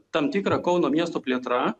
tam tikra kauno miesto plėtra